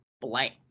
blank